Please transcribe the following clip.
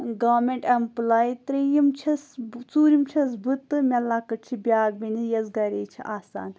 garment employee ترٛیٚیِم چھَس ژوٗرِم چھَس بہٕ تہٕ مےٚ لۄکٕٹۍ چھِ بیٛاکھ بیٚنہِ یۄس گَرے چھِ آسان